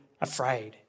afraid